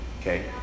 okay